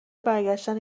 برگشتن